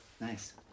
Nice